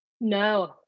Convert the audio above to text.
No